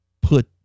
put